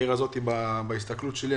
העיר הזאת בהסתכלות שלי,